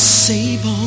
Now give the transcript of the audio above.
save